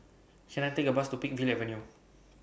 Can I Take A Bus to Peakville Avenue